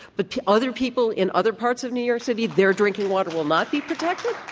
but the other people in other parts of new york city, their drinking water will not be protected?